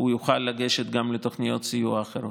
הוא יוכל לגשת גם לתוכניות סיוע אחרות.